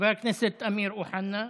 חבר הכנסת אמיר אוחנה,